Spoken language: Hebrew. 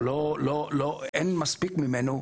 או אין מספיק ממנו,